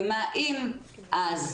ומה אם אז.